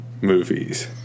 movies